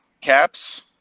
Caps